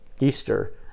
Easter